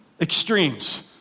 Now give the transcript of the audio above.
extremes